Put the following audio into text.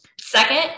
Second